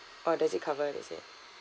or does it cover is it